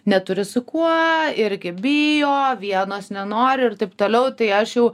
neturi su kuo irgi bijo vienos nenori ir taip toliau tai aš jau